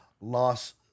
loss